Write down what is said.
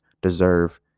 deserve